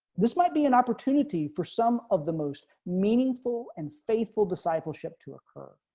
this might be an opportunity for some of the most meaningful and faithful discipleship to occur.